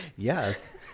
Yes